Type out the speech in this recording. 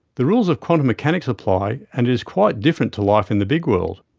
the rules of quantum mechanics apply and it is quite different to life in the big world.